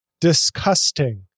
disgusting